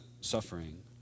suffering